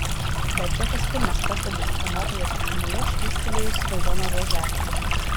bet džekas pirmas pastebi ūkanotoje pilkumoje švystelėjusį raudoną ruoželį